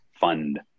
fund